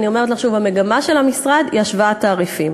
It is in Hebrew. אני אומרת לך שוב: המגמה של המשרד היא השוואת תעריפים.